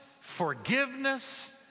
forgiveness